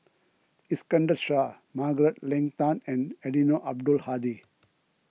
Iskandar Shah Margaret Leng Tan and Eddino Abdul Hadi